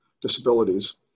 disabilities